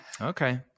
Okay